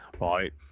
right